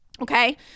Okay